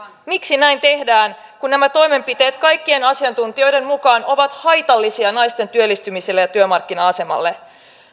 miksi näin tehdään kun nämä toimenpiteet kaikkien asiantuntijoiden mukaan ovat haitallisia naisten työllistymiselle ja työmarkkina asemalle